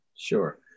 Sure